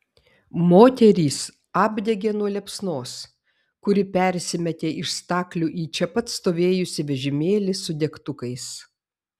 moterys apdegė nuo liepsnos kuri persimetė iš staklių į čia pat stovėjusį vežimėlį su degtukais